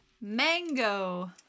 mango